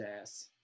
ass